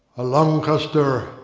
a lancaster,